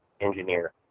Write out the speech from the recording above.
engineer